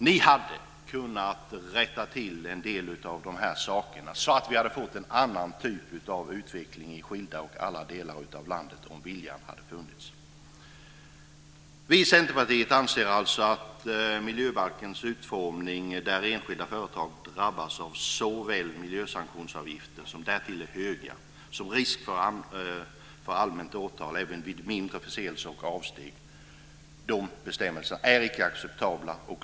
Ni hade kunnat rätta till en del av de här sakerna så att vi kunde få en annan typ av utveckling i skilda - ja, alla - delar av landet om bara viljan fanns. Vi i Centerpartiet anser alltså att miljöbalkens utformning - dvs. att enskilda företag drabbas av miljösanktionsavgifter, som därtill är höga, och löper risk för allmänt åtal även vid mindre förseelser och avsteg - och de bestämmelserna icke är acceptabla.